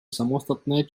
samostatné